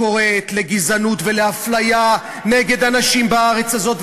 קוראת לגזענות ולאפליה נגד אנשים בארץ הזאת,